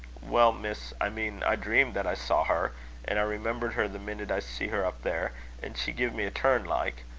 well, miss, i mean, i dreamed that i saw her and i remembered her the minute i see her up there and she give me a turn like.